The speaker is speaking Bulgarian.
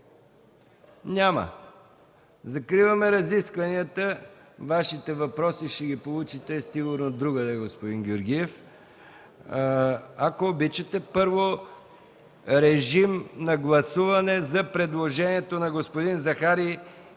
Няма. Закривам разискванията. Отговорите на Вашите въпроси ще ги получите сигурно другаде, господин Георгиев. Ако обичате, първо, режим на гласуване за предложението на господин Захари